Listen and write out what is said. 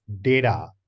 data